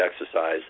exercise